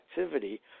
activity